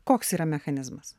koks yra mechanizmas